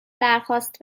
درخواست